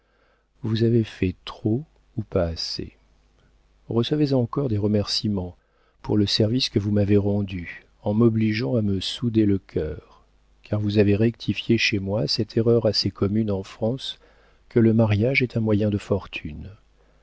vous avez fait trop ou pas assez recevez encore des remercîments pour le service que vous m'avez rendu en m'obligeant à me sonder le cœur car vous avez rectifié chez moi cette erreur assez commune en france que le mariage est un moyen de fortune